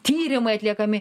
tyrimai atliekami